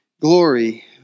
Glory